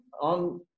on